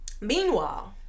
meanwhile